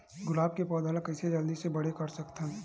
गुलाब के पौधा ल कइसे जल्दी से बड़े कर सकथन?